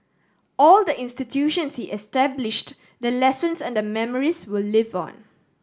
all the institutions he established the lessons and the memories will live on